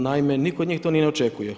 Naime, nitko od njih to ni ne očekuje.